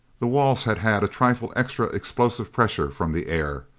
the walls had had a trifle extra explosive pressure from the air.